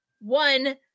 one